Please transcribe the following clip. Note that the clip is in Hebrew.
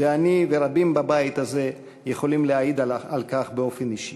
ואני ורבים בבית הזה יכולים להעיד על כך באופן אישי.